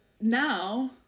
now